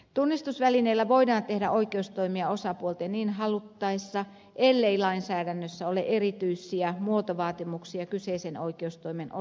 tunnistusvälineellä voidaan tehdä oikeustoimia osapuolten niin halutessa ellei lainsäädännössä ole erityisiä muotovaatimuksia kyseisen oikeustoimen osalta